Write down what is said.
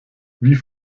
wie